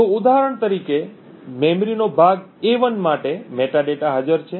ઉદાહરણ તરીકે મેમરીના ભાગ a1 માટે મેટાડેટા હાજર છે